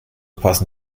passen